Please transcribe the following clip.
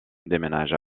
déménage